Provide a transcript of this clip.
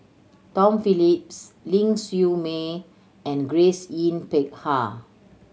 Tom Phillips Ling Siew May and Grace Yin Peck Ha